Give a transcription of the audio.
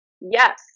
yes